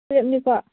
ꯇꯨꯌꯦꯜꯞꯅꯤꯀꯣ